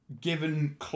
given